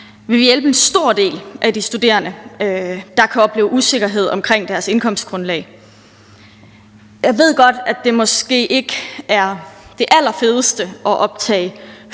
vil vi hjælpe en stor del af de studerende, der kan opleve usikkerhed omkring deres indkomstgrundlag. Jeg ved godt, at det måske ikke er det allerfedeste at optage